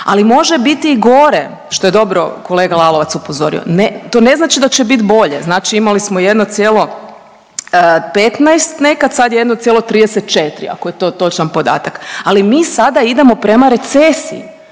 ali može biti i gore što je dobro kolega Lalovac upozorio, to ne znači da će biti bolje. Znači imali smo 1,15 nekad sad je 1,34 ako je to točan podatak, ali mi sada idemo prema recesiji.